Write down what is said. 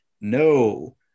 no